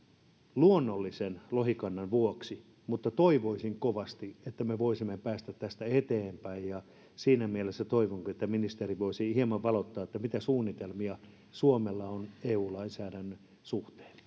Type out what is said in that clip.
luonnollisen lohikannan vuoksi mutta toivoisin kovasti että voisimme päästä tästä eteenpäin siinä mielessä toivonkin että ministeri voisi hieman valottaa mitä suunnitelmia suomella on eu lainsäädännön suhteen